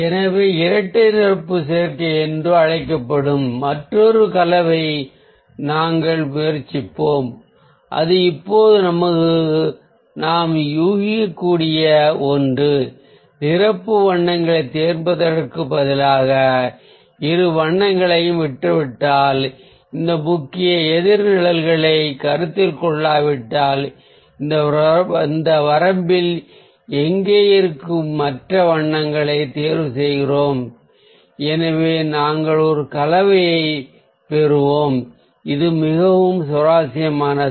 எனவே இரட்டை நிரப்பு சேர்க்கை என்று அழைக்கப்படும் மற்றொரு கலவையை நாங்கள் முயற்சிப்போம் அது இப்போது நாம் யூகிக்கக்கூடிய ஒன்று நிரப்பு வண்ணங்களைத் தேர்ந்தெடுப்பதற்குப் பதிலாக இரு வண்ணங்களையும் விட்டுவிட்டால் இந்த முக்கிய எதிர் நிழல்களைக் கருத்தில் கொள்ளாவிட்டால் இந்த வரம்பில் இங்கே இருக்கும் மற்ற வண்ணங்களை தேர்வு செய்கிறோம் எனவே நாங்கள் ஒரு கலவையைப் பெறுவோம் இது மிகவும் சுவாரஸ்யமானது